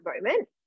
moment